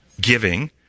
giving